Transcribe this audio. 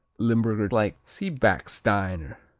limburger-like. see backsteiner.